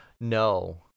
No